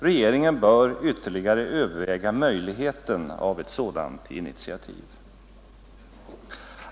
Regeringen bör ytterligare överväga möjligheten av ett sådant initiativ.